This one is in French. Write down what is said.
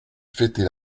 fêter